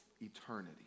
eternity